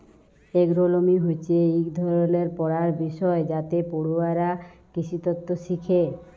এগ্রোলমি হছে ইক ধরলের পড়ার বিষয় যাতে পড়ুয়ারা কিসিতত্ত শিখে